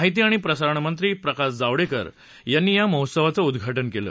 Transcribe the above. माहिती आणि प्रसारण मंत्री प्रकाश जावडेकर यांनी या महोत्सवायं उद्घाटन केलं